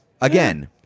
Again